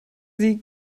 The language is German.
sie